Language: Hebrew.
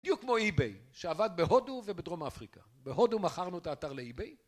בדיוק כמו ebay, שעבד בהודו ובדרום אפריקה. בהודו מכרנו את האתר ל-ebay...